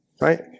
right